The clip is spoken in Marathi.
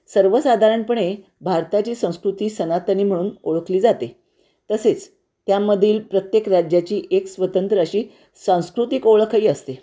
सर्वसाधारणपणे भारताची संस्कृती सनातनी म्हणून ओळखली जाते तसेच त्यामधील प्रत्येक राज्याची एक स्वतंत्र अशी सांस्कृतिक ओळखही असते